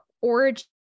origin